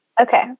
okay